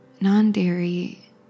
Non-dairy